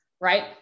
right